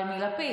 וללפיד.